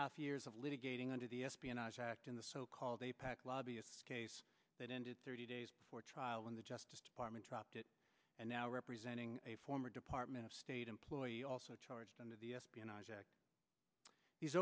half years of litigating under the espionage act in the so called apac lobbyist case that ended thirty days before trial when the justice department dropped it and now representing a former department of state employee also charged under the espionage act these